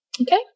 okay